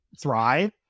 thrive